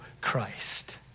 Christ